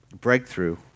breakthrough